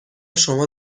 شما